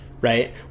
right